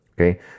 okay